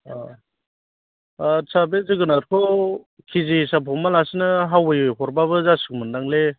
अ आट्चा बे जोगोनारखौ केजि हिसाब हमा लासिनो हावै हरबाबो जासिगौमोन दांलै